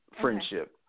friendship